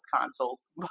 consoles